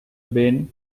ben